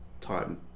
time